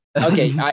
Okay